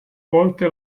volte